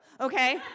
okay